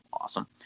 awesome